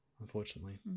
unfortunately